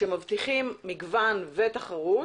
שמבטיחים מגוון ותחרות